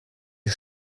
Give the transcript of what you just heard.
die